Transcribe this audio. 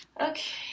Okay